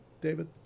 david